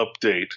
update